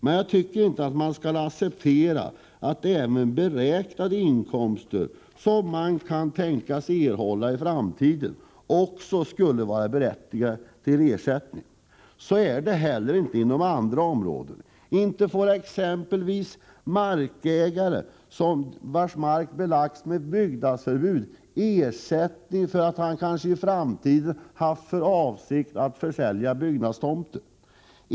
Men jag tycker inte att man skall acceptera att även beräknade inkomster, sådana som man kunde tänkas ha erhållit i framtiden, skulle vara berättigade till ersättning. Så är det inte heller inom andra områden. Inte får exempelvis markägare vars mark belagts med byggnadsförbud ersättning för att han kanske i framtiden haft för avsikt att försälja byggnadstomten.